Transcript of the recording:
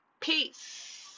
peace